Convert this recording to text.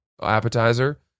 appetizer